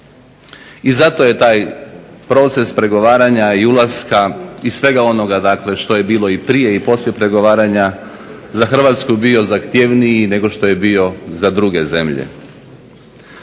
i zato je taj proces pregovaranja i ulaska i svega onoga dakle što je bilo i prije i poslije pregovaranja za Hrvatsku bio zahtjevniji nego što je bio za druge zemlje.